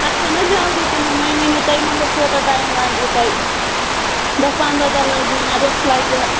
اَسہِ چَھنا جلدی تِمن وۄنۍ ؤنِو تُہۍ مطلب کوٗتاہ ٹایم لَگوٕ تۄہہِ دہ پنداہ دۄہ لگنا رٮ۪تھ لَگیا